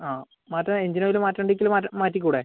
ആ മാറ്റാം engine oil മാറ്റേണ്ടിക്കൽ മാറ്റാം മാറ്റിക്കൂടെ